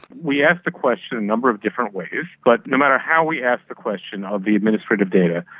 we asked the question a number of different ways, but no matter how we asked the question of the administrative data,